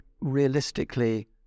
realistically